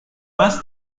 más